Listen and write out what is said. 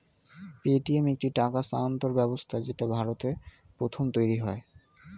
Paytm একটি টাকা স্থানান্তর ব্যবস্থা যেটা ভারতে প্রথম তৈরী হয়